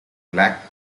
black